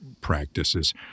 practices